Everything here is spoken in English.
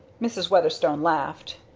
mrs. weatherstone laughed.